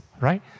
right